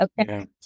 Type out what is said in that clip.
okay